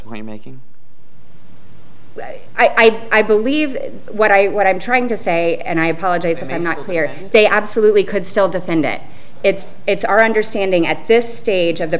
point making i believe what i what i'm trying to say and i apologize and i'm not clear they absolutely could still defend it it's it's our understanding at this stage of the